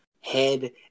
head